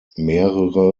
mehrere